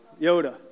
Yoda